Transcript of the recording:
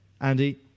Andy